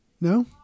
No